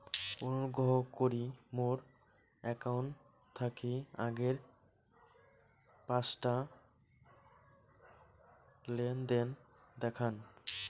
অনুগ্রহ করি মোর অ্যাকাউন্ট থাকি আগের পাঁচটা লেনদেন দেখান